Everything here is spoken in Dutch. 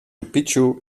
picchu